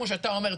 כמו שאתה אומר,